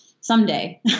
someday